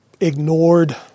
ignored